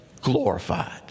glorified